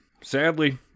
Sadly